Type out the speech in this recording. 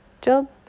job